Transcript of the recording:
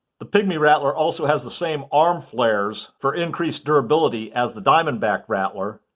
the pygmy rattler also has the same arm flares for increased durability as the diamondback rattler